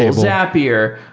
ah zapier,